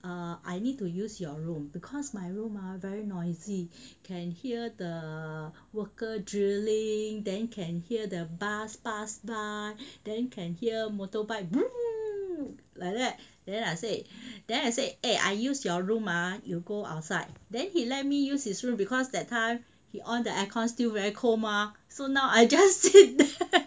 err I need to use your room because ah my room ah very noisy can hear the worker drilling then can hear the bus pass by then can hear motorbike broom like that then I say then I say eh I use your room ah you go outside then he let me use his room because that time he on the air con still very cold mah so now I just